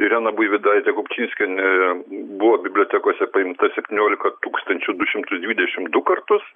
irena buivydaitė kupčinskienė buvo bibliotekose paimta septyniolika tūkstančių du šimtus dvidešim du kartus